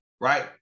right